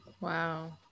Wow